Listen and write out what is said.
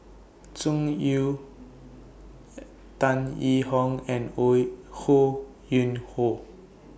Tsung Yeh Tan Yee Hong and Ho Yuen Hoe